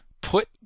put